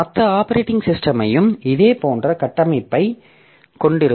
மற்ற ஆப்பரேட்டிங் சிஸ்டமையும் இதே போன்ற கட்டமைப்பைக் கொண்டிருக்கும்